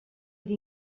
era